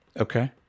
Okay